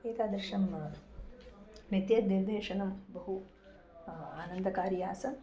एतादृशं नृत्यनिर्देशनं बहु आनन्दकारी आसन्